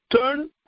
turn